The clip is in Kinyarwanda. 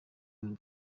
none